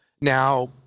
now